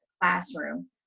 classroom